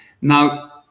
Now